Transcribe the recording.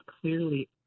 clearly